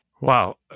Wow